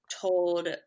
told